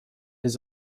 his